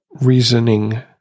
reasoning